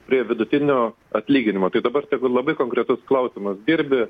prie vidutinio atlyginimo tai dabar tegu labai konkretus klausimas dirbi